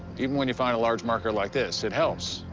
even when you find a large marker like this, it helps,